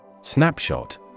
Snapshot